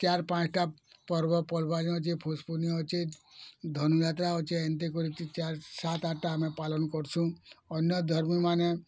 ଚାର୍ ପାଞ୍ଚଟା ପର୍ବପର୍ବାଣି ଅଛି ପୁସ୍ ପୁନିୟ ଅଛି ଧନୁଯାତ୍ରା ଅଛି ଏନ୍ତି କରି କି ଚାର ସାତ୍ ଆଠଟା ଆମେ ପାଲନ୍ କରୁଛୁଁ ଅନ୍ୟ ଧର୍ମୀମାନେ